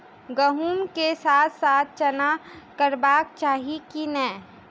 गहुम केँ साथ साथ चना करबाक चाहि की नै?